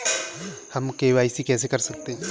हम के.वाई.सी कैसे कर सकते हैं?